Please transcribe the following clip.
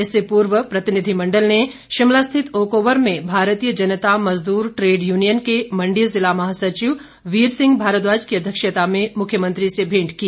इससे पूर्व प्रतिनिधिमंडल ने शिमला स्थित ओक ओवर में भारतीय जनता मजदूर ट्रेड यूनियन के मंडी ज़िला महासचिव वीर सिंह भारद्वाज की अध्यक्षता में मुख्यमंत्री से भेंट की